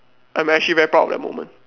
I'm actually very proud of that moment